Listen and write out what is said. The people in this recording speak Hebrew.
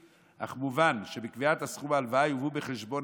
אך מובן שבקביעת סכום ההלוואה יובאו בחשבון